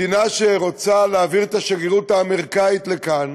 מדינה שרוצה להעביר את השגרירות האמריקנית לכאן,